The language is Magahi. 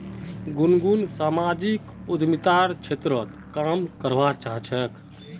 गुनगुन सामाजिक उद्यमितार क्षेत्रत काम करवा चाह छेक